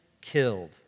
killed